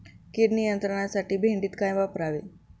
कीड नियंत्रणासाठी भेंडीत काय वापरावे?